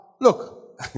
look